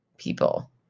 people